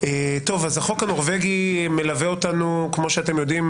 החוק הנורבגי מלווה אותנו, כמו שאתם יודעים,